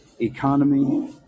economy